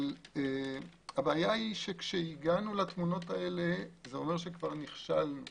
אבל כשהגענו לתמונות האלה, זה אומר שנכשלנו כבר,